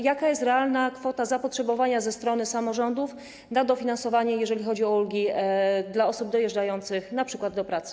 Jakie jest realne zapotrzebowanie ze strony samorządów na dofinansowanie, jeżeli chodzi o ulgi dla osób dojeżdżających np. do pracy?